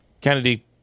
Kennedy